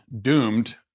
doomed